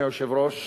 אדוני היושב-ראש,